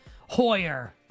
Hoyer